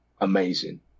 amazing